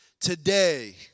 today